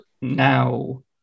now